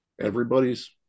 everybody's